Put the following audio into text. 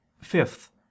Fifth